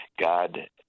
God